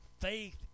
Faith